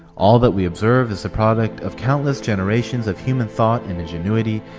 all that we observe is the product of countless generations of human thought and ingenuity,